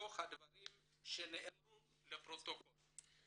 מתוך הדברים שנאמרו לפרוטוקול.